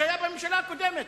שהיה בממשלה הקודמת.